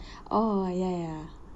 oh ya ya